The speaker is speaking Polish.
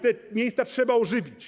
Te miejsca trzeba ożywić.